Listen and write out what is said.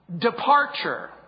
departure